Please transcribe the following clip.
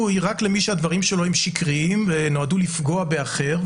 רק למי שהדברים שלו הם שקריים ונועדו לפגוע באחר,